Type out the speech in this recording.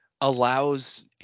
allows